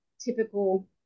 typical